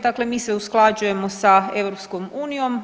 Dakle mi se usklađujemo sa EU.